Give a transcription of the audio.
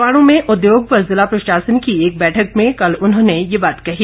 परवाण में उद्योग व जिला प्रशासन की एक बैठक में कल उन्होंने ये बात कही